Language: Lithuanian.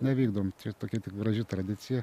nevykdom čia tokia tik graži tradicija